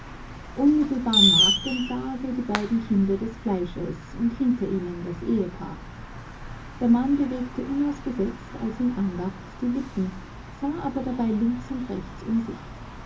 unmittelbar nach dem sarge die beiden kinder des fleischers und hinter ihnen das ehepaar der mann bewegte unausgesetzt als in andacht die lippen sah aber dabei links und rechts um sich